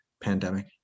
pandemic